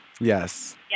Yes